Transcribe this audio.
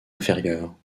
inférieure